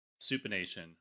supination